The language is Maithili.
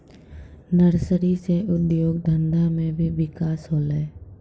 नर्सरी से उद्योग धंधा मे भी बिकास होलै